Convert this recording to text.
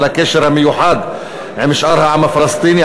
על הקשר המיוחד עם שאר העם הפלסטיני,